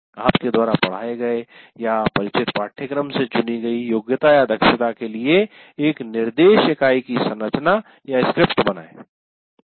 आपके द्वारा पढ़ाए गए या परिचित पाठ्यक्रम से चुनी गई योग्यतादक्षता के लिए एक निर्देश इकाई की संरचना या स्क्रिप्ट बनाएं